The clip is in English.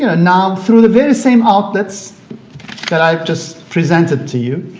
ah now, through the very same outlets that i just presented to you,